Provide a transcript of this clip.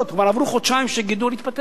כבר עברו חודשיים והגידול התפתח.